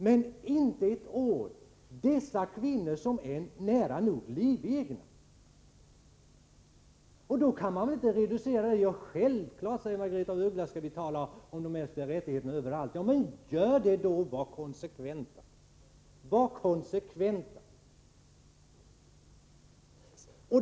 Men inte ett ord har sagts om dessa kvinnor, som är nära nog livegna. Självfallet skall vi tala om de mänskliga rättigheterna överallt, säger Margaretha af Ugglas. Men gör det då, och var konsekventa!